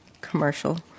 commercial